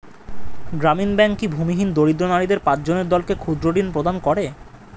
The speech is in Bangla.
গ্রামীণ ব্যাংক কি ভূমিহীন দরিদ্র নারীদের পাঁচজনের দলকে ক্ষুদ্রঋণ প্রদান করে?